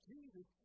Jesus